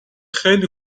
خیلی